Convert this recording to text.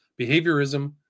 behaviorism